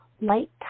light